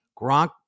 Gronk